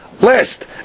last